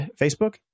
Facebook